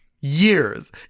Years